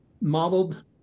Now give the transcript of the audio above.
modeled